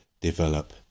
develop